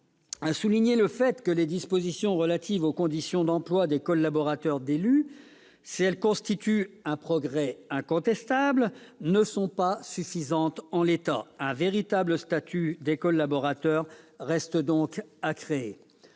à souligner le fait que les dispositions relatives aux conditions d'emploi des collaborateurs d'élus, si elles constituent un progrès incontestable, ne sont pas suffisantes en l'état : un véritable statut des collaborateurs reste donc à créer.